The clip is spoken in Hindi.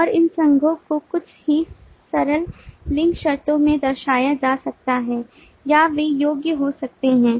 और इन संघों को बहुत ही सरल लिंक शर्तों में दर्शाया जा सकता है या वे योग्य हो सकते हैं